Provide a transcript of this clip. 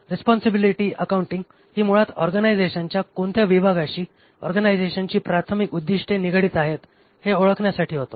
responsibility accounting ही मुळात ऑर्गनायझेशनच्या कोणत्या विभागाशी ऑर्गनायझेशनची प्राथमिक उद्दिष्टे निगडीत आहेत हे ओळखण्यासाठी होतो